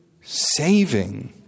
saving